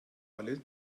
alle